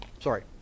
Sorry